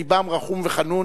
לבם רחום וחנון,